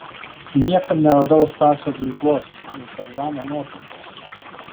niekur neradau stasio guigos tarzano nuotraukos